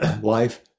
life